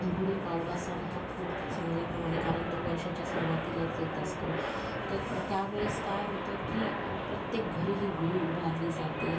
गुढीपाडवा हा सण खूप चांगल्या प्रमाणे कारण तो वर्षाच्या सुरुवातीलाच येत असतो तर त्या वेळेस काय होतं की प्रत्येक घरी ही गुढी उभारली जाते